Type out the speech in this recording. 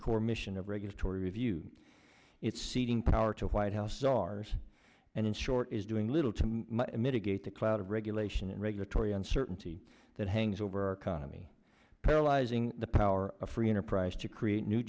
its core mission of regulatory review its ceding power to white house ours and in short is doing little to mitigate the cloud of regulation and regulatory uncertainty that hangs over our economy paralyzing the power of free enterprise to create new